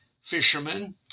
fishermen